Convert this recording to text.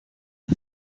the